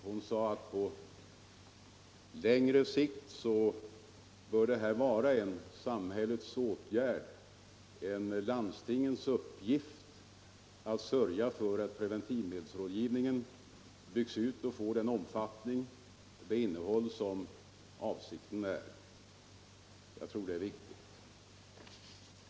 Hon sade att det på längre sikt bör vara en samhällets — landstingens — uppgift att sörja för att preventivmedelsrådgivningen byggs ut och får den omfattning och det innehåll som varit avsikten. Jag tror det är viktigt.